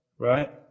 right